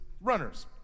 runners